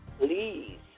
Please